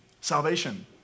Salvation